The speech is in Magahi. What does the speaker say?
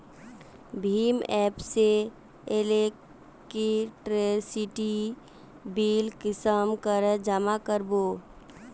भीम एप से इलेक्ट्रिसिटी बिल कुंसम करे जमा कर बो?